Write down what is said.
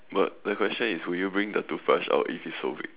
but my question is would you bring the toothbrush out if it's so big